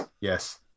Yes